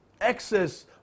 excess